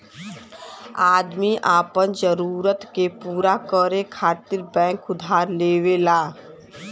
आदमी आपन जरूरत के पूरा करे खातिर बैंक उधार लेवला